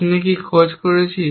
আমরা কি খোঁজ করছি